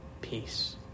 peace